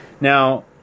Now